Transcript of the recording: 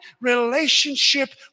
relationship